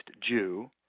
Jew